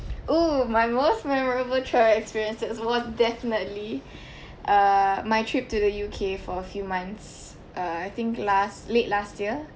oh my most memorable travel experience that one definitely err my trip to the U_K for a few months uh I think last late last year